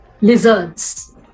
lizards